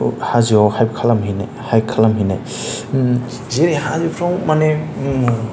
हाजोआव हाइक खालामहैनो हाइक खालामहैनाय जे हाजोफ्राव माने